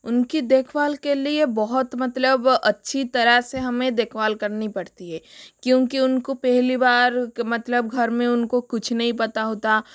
उनकी देखभाल के लिए बहुत मतलब अच्छी तरह से हमें देखभाल करनी पड़ती हे क्योंकि उनको पहली बार मतलब घर में उनको कुछ नहीं पता होता